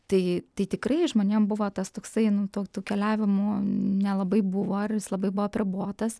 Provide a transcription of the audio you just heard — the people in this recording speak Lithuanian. tai tai tikrai žmonėm buvo tas toksai nu to tų keliavimų nelabai buvo ar jis labai buvo apribotas